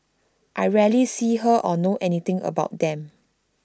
I rarely see her or know anything about them